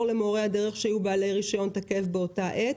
למורי הדרך שהיו בעלי רישיון תקף באותה עת,